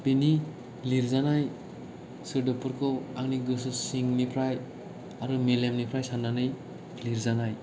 बिनि लिरजानाय सोदोबफोरखौ आंनि गोसो सिंनिफ्राइ आरो मेलेमनिफ्राइ साननानै लिरजानाय